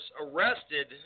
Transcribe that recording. arrested